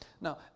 Now